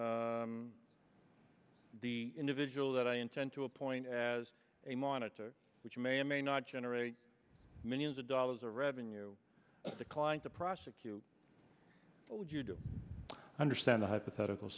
the individual that i intend to appoint as a monitor which may or may not generate millions of dollars of revenue declined to prosecute would you do understand a hypothetical